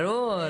ברור,